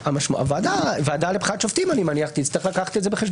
אני מניח שבסופו של דבר הוועדה לבחירת שופטים תצטרך לקחת את זה בחשבון.